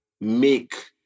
make